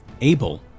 Abel